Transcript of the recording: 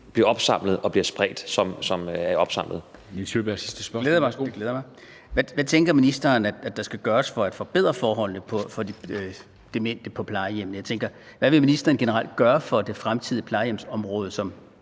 Kl. 13:43 Nils Sjøberg (RV): Det glæder mig. Hvad tænker ministeren der skal gøres for at forbedre forholdene for de demente på plejehjemmene? Jeg tænker: Hvad vil ministeren generelt gøre for det fremtidige plejehjemsområde,